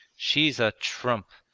she's a trump!